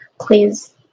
please